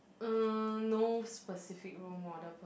uh no specific role model per